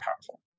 powerful